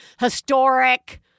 historic